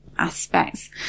aspects